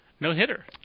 no-hitter